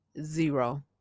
Zero